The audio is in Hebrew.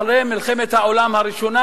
אחרי מלחמת העולם הראשונה,